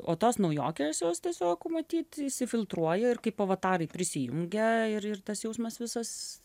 o tos naujokės jos tiesiog matyt įsifiltruoja ir kaip avatarai prisijungia ir ir tas jausmas visas